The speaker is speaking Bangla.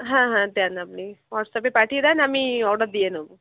হ্যাঁ হ্যাঁ দেন আপনি হোয়াটস্যাপে পাঠিয়ে দেন আমি অর্ডার দিয়ে নেব